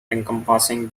encompassing